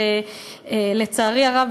ולצערי הרב,